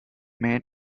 mate